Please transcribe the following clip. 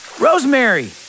Rosemary